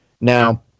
Now